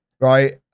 right